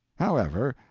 however,